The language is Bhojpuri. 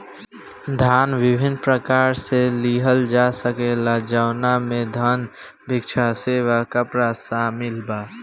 दान विभिन्न प्रकार से लिहल जा सकेला जवना में धन, भिक्षा, सेवा, कपड़ा शामिल बा